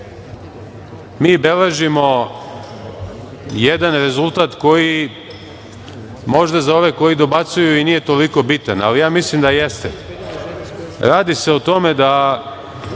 mi beležimo jedan rezultat koji možda za ove koji dobacuju i nije toliko bitan, ali ja mislim da jeste. Radi se o tome da